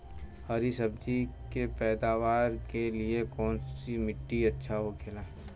हरी सब्जी के पैदावार के लिए कौन सी मिट्टी अच्छा होखेला?